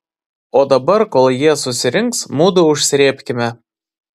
o dabar kol jie susirinks mudu užsrėbkime